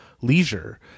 leisure